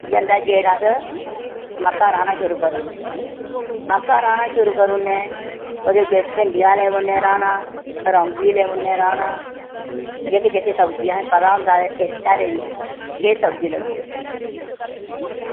जंदे जेठ अस मक्कां शुरू करी ओड़ने मक्कां राह्ना शुरू करी ओड़ने ओह्दे च भिंडियां लग्गी पौंदे राह्ना रौंगी लग्गाी जंदे राह्ना जेह्की जेह्की सब्जी असेंगी पता होंदा ध्यारें दी केह् सब्जी लगदी ऐ